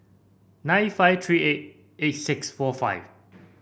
nine five three eight eight six four five